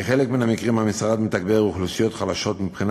בחלק מן המקרים המשרד מתגבר אוכלוסיות חלשות מבחינה